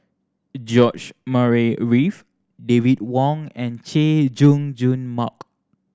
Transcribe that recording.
George Murray Reith David Wong and Chay Jung Jun Mark